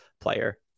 player